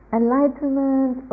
enlightenment